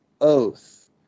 oath